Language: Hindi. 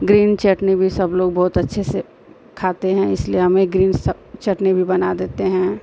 ग्रीन चटनी भी सबलोग बहुत अच्छे से खाते हैं इसलिए हम ग्रीन चटनी भी बना लेते हैं